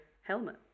helmet